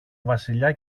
βασιλιά